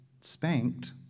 spanked